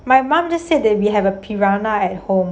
my mum just said that we have a piranha at home